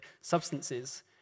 substances